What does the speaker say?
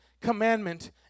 commandment